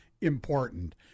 important